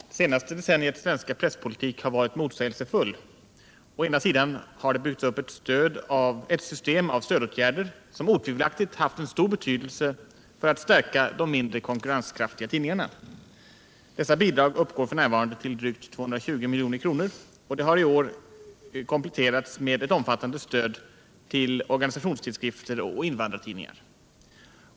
Herr talman! Det senaste decenniets svenska presspolitik har varit motsägelsefull. Å ena sidan har det byggts upp ett system av stödåtgärder, som otvivelaktigt har haft stor betydelse för att stärka de mindre konkurrenskraftiga tidningarna. Dessa bidrag uppgår f. n. till drygt 220 milj.kr. och har i år kompletterats med ett omfattande stöd till organisationstidskrifter och invandrartidningar.